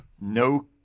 No